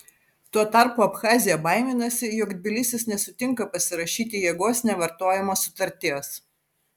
tuo tarpu abchazija baiminasi jog tbilisis nesutinka pasirašyti jėgos nevartojimo sutarties